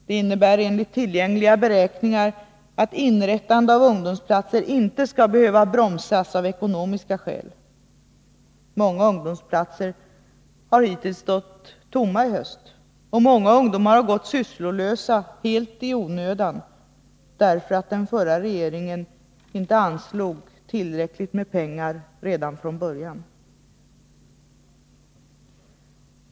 Det betyder enligt tillgängliga beräkningar att inrättandet av ungdomsplatser inte skall behöva bromsas av ekonomiska skäl. Många ungdomsplatser har hittills i höst stått tomma, och många ungdomar har gått sysslolösa helt i onödan därför att den förra regeringen inte anslog tillräckligt med pengar redan från början.